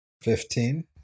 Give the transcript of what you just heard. Fifteen